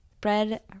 bread